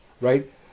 right